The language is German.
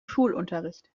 schulunterricht